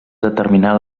determinar